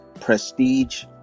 Prestige